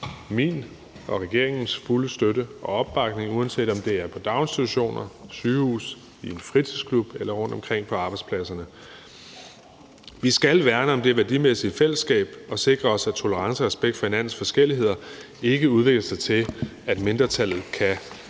min og regeringens fulde støtte og opbakning, uanset om det er i daginstitutioner, på sygehuse, i en fritidsklub eller rundtomkring på arbejdspladserne. Vi skal værne om det værdimæssige fællesskab og sikre os, at tolerance og respekt for hinandens forskelligheder ikke udvikler sig til, at mindretallet kan stille